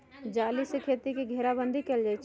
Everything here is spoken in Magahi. जाली से खेती के घेराबन्दी कएल जाइ छइ